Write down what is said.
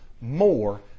more